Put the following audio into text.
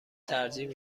ترجیح